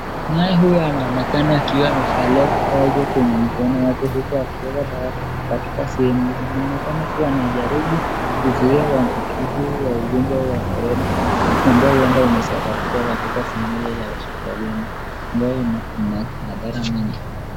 Naye huyu anaonekana akiwa amevalia kifaa hicho kwenye mkono wake huku akiweka dawa katika sehemu hiyo. Anaoneka kuwa anjaribu kuzuia uambukizi wa ugonjwa wa Corona ambayo huenda imesambaratika katika sehemu hiyo ya hospitalini ambayo ina madhara mingi.